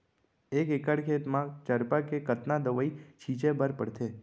एक एकड़ खेत म चरपा के कतना दवई छिंचे बर पड़थे?